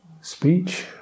speech